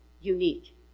unique